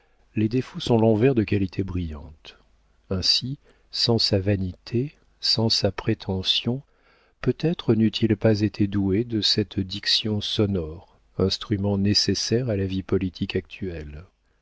les défauts sont l'envers de qualités brillantes ainsi sans sa vanité sans sa prétention peut-être n'eût-il pas été doué de cette diction sonore instrument nécessaire à la vie politique actuelle